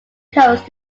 coast